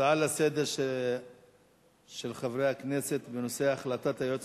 הצעות לסדר-היום של חברי הכנסת בנושא: החלטת היועץ